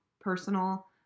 personal